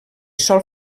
sòl